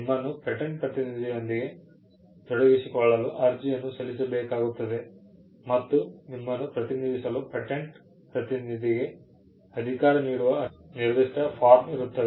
ನಿಮ್ಮನ್ನು ಪೇಟೆಂಟ್ ಪ್ರತಿನಿಧಿಯೊಂದಿಗೆ ತೊಡಗಿಸಿಕೊಳ್ಳಲು ಅರ್ಜಿಯನ್ನು ಸಲ್ಲಿಸಬೇಕಾಗುತ್ತದೆ ಮತ್ತು ನಿಮ್ಮನ್ನು ಪ್ರತಿನಿಧಿಸಲು ಪೇಟೆಂಟ್ ಪ್ರತಿನಿಧಿಗೆ ಅಧಿಕಾರ ನೀಡುವ ನಿರ್ದಿಷ್ಟ ನಮೂನೆ ಇರುತ್ತದೆ